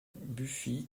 buffy